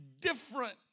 different